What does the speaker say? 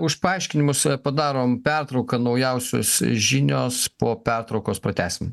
už paaiškinimus padarom pertrauką naujausios žinios po pertraukos pratęsim